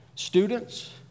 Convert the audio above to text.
students